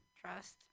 Trust